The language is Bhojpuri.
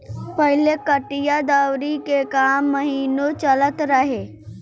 पहिले कटिया दवरी के काम महिनो चलत रहे